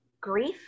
grief